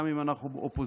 גם אם אנחנו אופוזיציה,